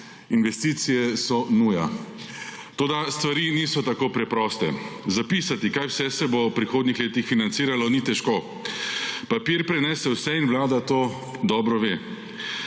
Investicije so nuja. Toda stvari niso tako preproste. Zapisati, kaj vse se bo v prihodnjih letih financiralo ni težko. Papir prenese vse in vlada to dobro ve.